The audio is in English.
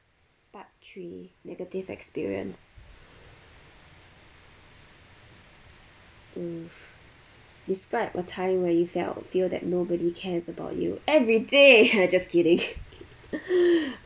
part three negative experience mm describe a time where you felt feel that nobody cares about you everyday ha just kidding